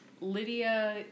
Lydia